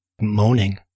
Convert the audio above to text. moaning